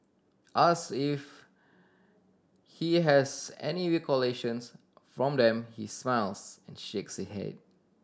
asked if he has any recollections from them he smiles and shakes his head